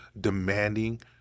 demanding